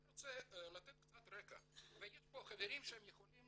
ואני רוצה לתת קצת רקע ויש כאן חברים שיכולים